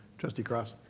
trustee cross.